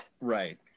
Right